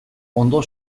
ondo